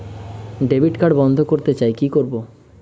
Debit card বন্ধ করতে চাই কি করব?